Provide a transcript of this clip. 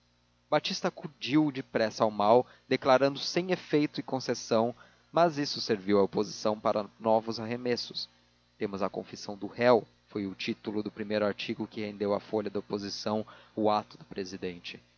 vivíssimos batista acudiu depressa ao mal declarando sem efeito a concessão mas isso mesmo serviu à oposição para novos arremessos temos a confissão do réu foi o título do primeiro artigo que rendeu à folha da oposição o ato do presidente